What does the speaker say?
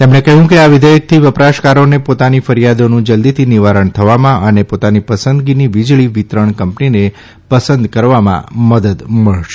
તેમણે કહ્યું કે આ વિઘેયકથી વ રાશકારોને ોતાની ફરીયાદોનું જલદીથી નિવારણ થવામાં અને ૌતાની ૈ સંદગીની વિજળી વિતરણ કંૈ નીને ૈ સંદ કરવામાં મદદ મળશે